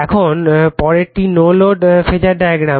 এখন পরেরটি no load phasor diagram